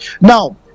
now